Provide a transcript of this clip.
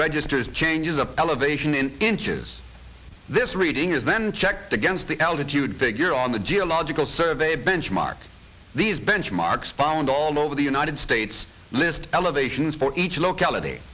registers changes the elevation in inches this reading is then checked against the altitude figure on the geological survey benchmark these benchmarks found all over the united states list elevations for each locality